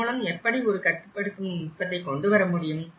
அதன்மூலம் எப்படி ஒரு கட்டுப்படுத்தும் நுட்பத்தை கொண்டுவர முடியும்